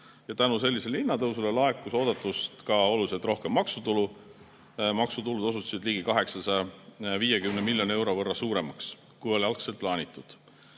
Tänu sellisele hinnatõusule laekus oodatust ka oluliselt rohkem maksutulu. Maksutulu osutus ligi 850 miljoni euro võrra suuremaks, kui oli algselt plaanitud.